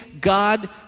God